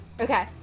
Okay